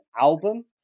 album